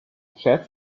chef